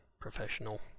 professional